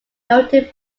noted